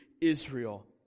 Israel